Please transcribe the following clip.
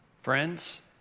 friends